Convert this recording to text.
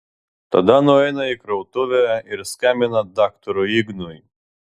tada nueina į krautuvę ir skambina daktarui ignui